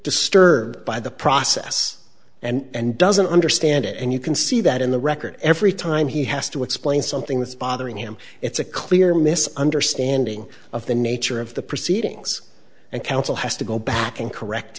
disturbed by the process and doesn't understand it and you can see that in the record every time he has to explain something that's bothering him it's a clear mis understanding of the nature of the proceedings and counsel has to go back and correct